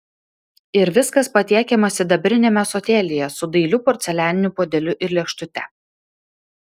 ir viskas patiekiama sidabriniame ąsotėlyje su dailiu porcelianiniu puodeliu ir lėkštute